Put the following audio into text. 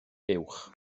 uwch